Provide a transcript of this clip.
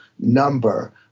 number